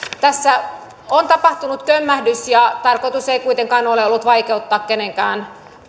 tässä on tapahtunut kömmähdys ja tarkoitus ei kuitenkaan ole ollut vaikeuttaa kenenkään